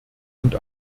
und